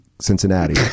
Cincinnati